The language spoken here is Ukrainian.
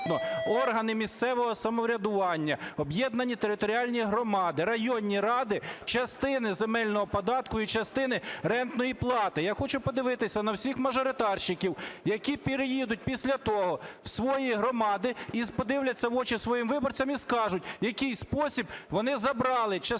органи місцевого самоврядування, об'єднані територіальні громади, районні ради частини земельного податку і частини рентної плати. Я хочу подивитися на всіх мажоритарщиків, які приїдуть після того в свої громади і подивляться в очі своїм виборцям, і скажуть, в який спосіб вони забрали частину